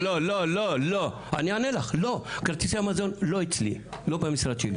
לא לא, אני אענה לך, כרטיסי מזון לא במשרד שלי.